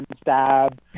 stab